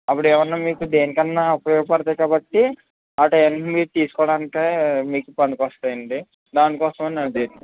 అప్పుడు ఏమన్నా మీకు దేనికన్నా ఉపయోగపడతాయి కాబట్టి అవన్నీ తీసుకోడానికే మీకు పనికొస్తాయండి దానికోసం అది